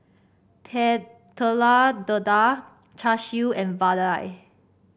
Telur Dadah Char Siu and vadai